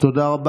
תודה רבה.